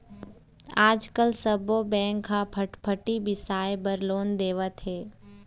आजकाल सब्बो बेंक ह फटफटी बिसाए बर लोन देवत हे